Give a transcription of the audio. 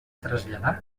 traslladà